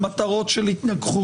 למטרות של התנגחות.